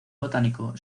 botánico